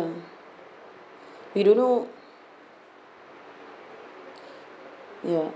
ya we don't know ya